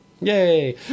Yay